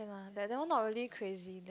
but that that one not really crazy